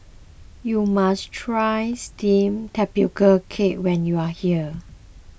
you must try Steamed Tapioca Cake when you are here